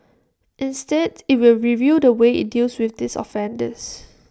instead IT will review the way IT deals with these offenders